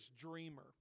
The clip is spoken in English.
dreamer